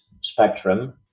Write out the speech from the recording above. spectrum